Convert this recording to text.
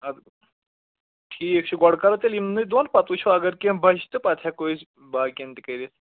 اَدٕ ٹھیٖک چھُ گۄڈٕ کَرو تیٚلہِ یِمنٕے دۄن پَتہٕ وٕچھو اگر کیٚنٛہہ بَچہِ تہٕ پَتہٕ ہٮ۪کو أسۍ باقیَن تہِ کٔرِتھ